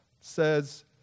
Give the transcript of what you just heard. says